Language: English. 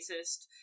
racist